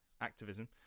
activism